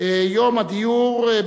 ציון יום הדיור.